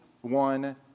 one